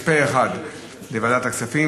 יש פה אחד לוועדת הכספים.